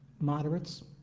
moderates